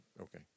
Okay